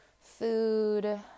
food